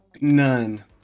None